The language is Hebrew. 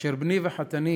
בני וחתני,